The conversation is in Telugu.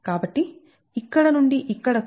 కాబట్టి ఇక్కడ నుండి ఇక్కడకు 0